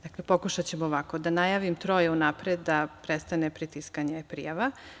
Dakle, pokušaćemo ovako - da najavim troje unapred, da prestane pritiskanje prijava.